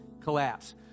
collapse